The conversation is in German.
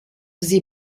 sie